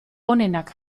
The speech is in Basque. onenak